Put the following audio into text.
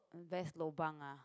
best lobang ah